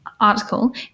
article